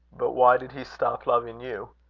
but why did he stop loving you?